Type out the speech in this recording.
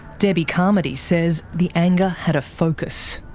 debbie carmody says the anger had a focus.